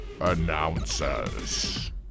announcers